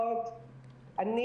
אני